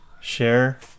share